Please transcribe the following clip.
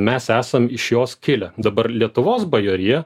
mes esam iš jos kilę dabar lietuvos bajorija